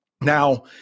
Now